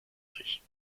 sich